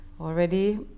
already